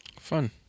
fun